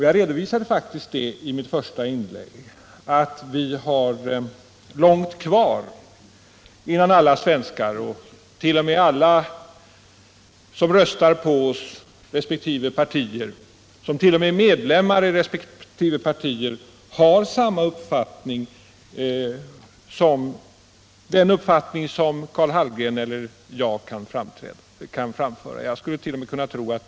Jag redovisade faktiskt i mitt första inlägg att vi har långt kvar innan alla svenskar, alla som röstar på resp. parti eller alla som är medlemmar i resp. parti har samma uppfattning som den Karl Hallgren eller jag framför som företrädare för våra partier.